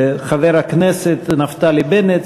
חבר הכנסת נפתלי בנט,